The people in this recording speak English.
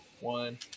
One